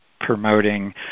promoting